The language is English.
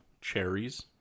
cherries